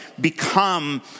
become